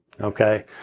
Okay